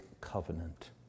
Covenant